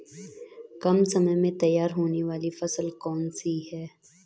कम समय में तैयार होने वाली फसल कौन सी है?